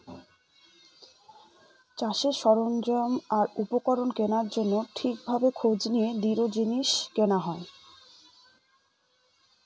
চাষের সরঞ্জাম আর উপকরণ কেনার জন্য ঠিক ভাবে খোঁজ নিয়ে দৃঢ় জিনিস কেনা হয়